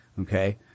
okay